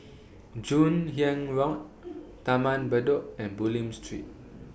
Joon Hiang Road Taman Bedok and Bulim Street